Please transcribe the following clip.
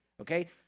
okay